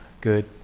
good